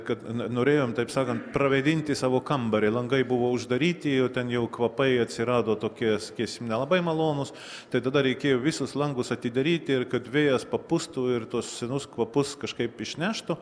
kad norėjom taip sakant pravėdinti savo kambarį langai buvo uždaryti o ten jau kvapai atsirado tokie sakysim nelabai malonūs tai tada reikėjo visus langus atidaryti ir kad vėjas papūstų ir tuos senus kvapus kažkaip išneštų